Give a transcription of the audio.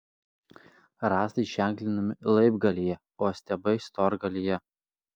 rąstai ženklinami laibgalyje o stiebai storgalyje